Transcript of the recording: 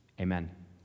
Amen